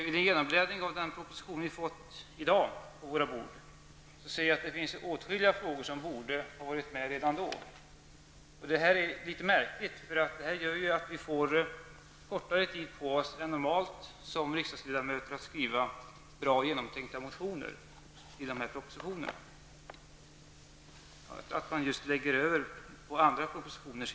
Vid en genombläddring av den proposition som vi i dag har fått på våra bord ser jag att det finns åtskilliga frågor som borde ha tagits med redan då, och det är litet märkligt. Detta förfarande att flytta över frågor till propositioner som avlämnas senare gör att vi som riksdagsledamöter får kortare tid på oss än normalt att skriva bra och genomtänkta motioner i anslutning till dessa propositioner.